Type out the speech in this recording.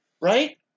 Right